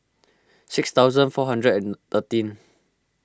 six thousand four hundred and thirteen